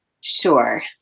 Sure